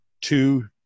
two